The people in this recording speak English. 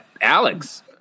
Alex